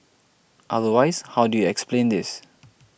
otherwise how do you explain this